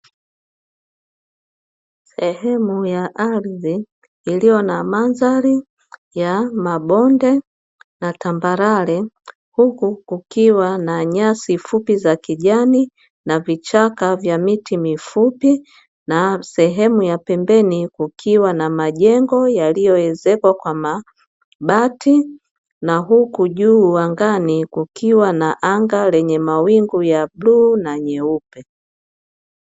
Sehemu ya ardhi iliyo na mandhari ya mabonde na tambarare, huku kukiwa na nyasi fupi za rangi ya kijani na vichaka vya miti mifupi na sehemu ya pembeni kukiwa na majengo yaliyoezekwa kwa mabati, na huku juu angani kukiwa na anga lenye mawingu ya bluu na nyeupe.